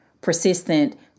persistent